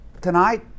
tonight